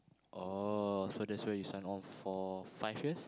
oh so there's where you sign on for five years